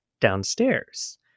downstairs